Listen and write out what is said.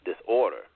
disorder